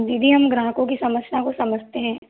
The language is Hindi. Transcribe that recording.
दीदी हम ग्राहकों की समस्या को समझते हैं